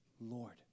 Lord